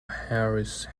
harris